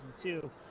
two